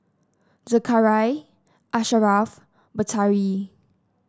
Zakaria Asharaff Batari